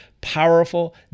powerful